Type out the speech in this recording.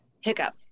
hiccup